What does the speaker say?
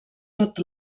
tot